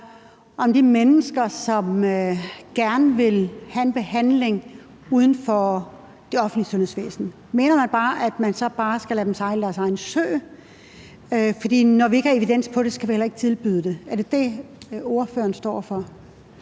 om de mennesker, som gerne vil have en behandling uden for det offentlige sundhedsvæsen? Mener man, at man så bare skal lade dem sejle deres egen sø, for når vi ikke har evidens for det, skal vi heller ikke tilbyde det? Er det det, ordføreren står for?